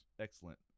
Excellent